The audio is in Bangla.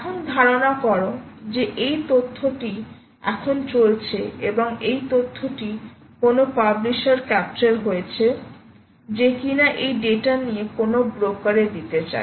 এখন ধারণা করো যে এই তথ্যটি এখন চলছে এবং এই তথ্যটি কোন পাবলিশার ক্যাপচার হয়েছে যে কিনা এই ডেটা নিয়ে কোনও ব্রোকার এ দিতে চায়